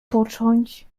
począć